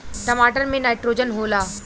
टमाटर मे नाइट्रोजन होला?